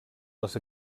les